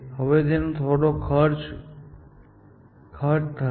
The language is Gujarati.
હવે તેમાં થોડો ખર્ચ થશે